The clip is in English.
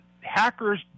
hackers